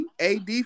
AD